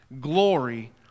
Glory